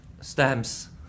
stamps